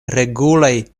regulaj